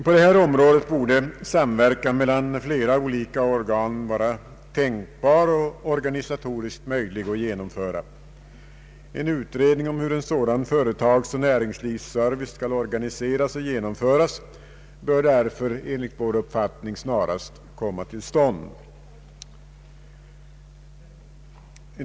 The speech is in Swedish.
På detta område borde samverkan mellan flera olika organ vara tänkbar och organisatoriskt möjlig att genomföra. En utredning om hur en sådan företagsoch näringslivsservice skall organiseras och genomföras bör därför enligt vår uppfattning snarast komma till stånd.